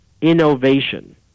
innovation